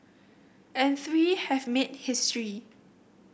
and three have made history